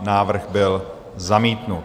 Návrh byl zamítnut.